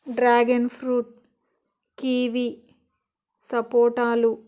dragon fruit kiwi సపోటాలు